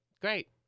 great